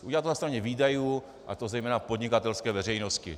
Udělá to na straně výdajů, a to zejména v podnikatelské veřejnosti.